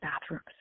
bathrooms